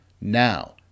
Now